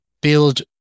build